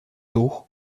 дух